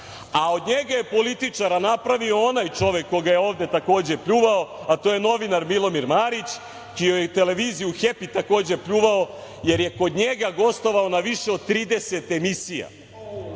a od njega je političara napravio onaj čovek koga je ovde takođe pljuvao, a to je novinar Milomir Marić, čiju i televiziju „Hepi“ takođe pljuvao, jer je kod njega gostovao na više od 30 emisija.